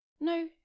No